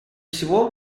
всего